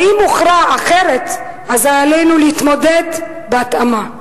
אם הוכרע אחרת, אזי עלינו להתמודד בהתאמה.